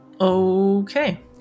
Okay